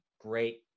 great